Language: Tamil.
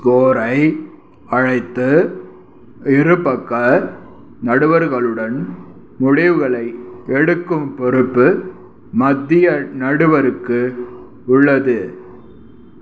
ஸ்கோரை அழைத்து இரு பக்க நடுவர்களுடன் முடிவுகளை எடுக்கும் பொறுப்பு மத்திய நடுவருக்கு உள்ளது